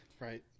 Right